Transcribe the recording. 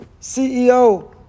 CEO